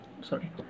Sorry